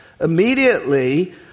immediately